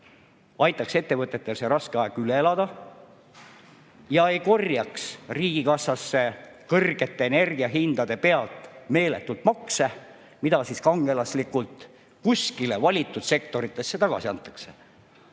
aitaks ettevõtetel raske aja üle elada. Nii ei korjataks riigikassasse kõrgete energiahindade pealt meeletult makse, mida siis kangelaslikult kuskile valitud sektoritesse tagasi antakse.